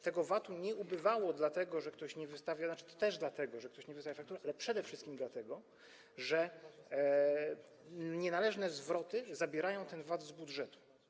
Tego VAT-u nie ubywało dlatego, że ktoś nie wystawia... tzn. też dlatego, że ktoś nie wystawia faktur, ale przede wszystkim dlatego, że nienależne zwroty zabierają ten VAT z budżetu.